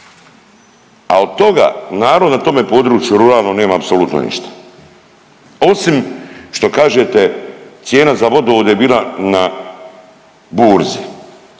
A od toga, narod na tome području ruralnom nema apsolutno ništa osim što kažete cijena za vodovod je bila na burzi.